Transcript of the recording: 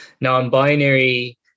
non-binary